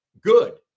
good